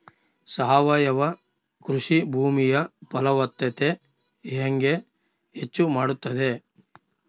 ಸಾವಯವ ಕೃಷಿ ಭೂಮಿಯ ಫಲವತ್ತತೆ ಹೆಂಗೆ ಹೆಚ್ಚು ಮಾಡುತ್ತದೆ?